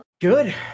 Good